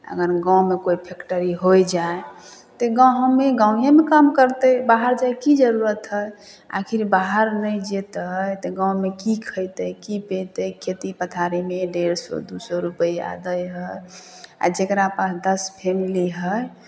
अगर गाँवमे कोइ फैक्ट्री होइ जाय तऽ गाँव हमे गाँवेमे काम करतै बाहर जायके की जरूरत हइ आखिर बाहर नहि जेतै तऽ गाँवमे की खयतै की पीतै खेती पथारीमे डेढ़ सए दू सए रुपैआ दै हइ आ जकरा पास दस फैमिली हइ